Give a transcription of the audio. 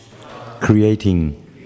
creating